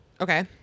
Okay